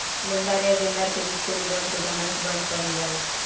लेनदार आ देनदार के बिच के अनुबंध के ज़मानत बांड कहल जाला